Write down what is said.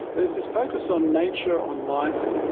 there's this focus on nature, on life,